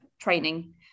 training